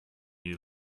you